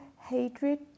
hatred